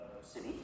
city